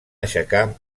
aixecar